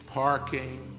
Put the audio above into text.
parking